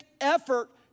effort